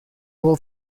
will